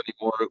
anymore